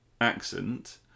accent